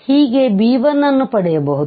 ಹೀಗೆ b1ಅನ್ನು ಪಡೆಯಬಹುದು